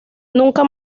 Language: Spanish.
nunca